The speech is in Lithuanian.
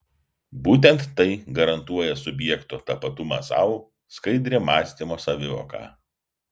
būtent tai garantuoja subjekto tapatumą sau skaidrią mąstymo savivoką